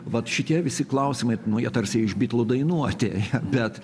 vat šitie visi klausimai nu jie tarsi iš bitlų dainuoti bet